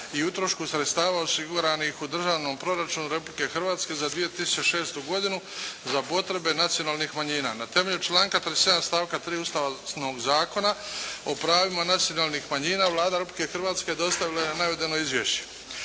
i utrošku sredstava osiguranih u državnom proračunu Republike Hrvatske za 2006. godinu za potrebe nacionalnih manjina Na temelju članka 37. stavka 3. Ustavnog zakona o pravima nacionalnih manjina Vlada Republike Hrvatske dostavila je navedeno izvješće.